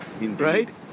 Right